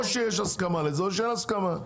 או שיש הסכמה לזה או שאין הסכמה.